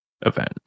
event